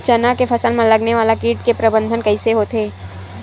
चना के फसल में लगने वाला कीट के प्रबंधन कइसे होथे?